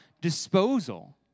disposal